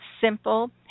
simple